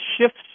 shifts